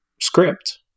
script